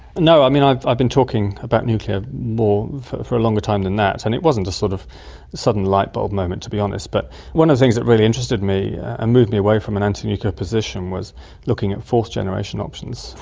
no. i mean, i've i've been talking about nuclear more for a longer time than that and it wasn't just a sort of sudden light bulb moment, to be honest. but one of the things that really interested me and moved me away from an antinuclear position was looking at fourth generation options.